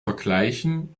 vergleichen